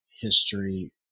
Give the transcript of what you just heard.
history